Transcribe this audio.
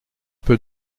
peu